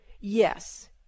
Yes